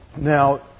Now